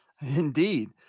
Indeed